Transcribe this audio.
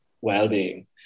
well-being